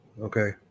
Okay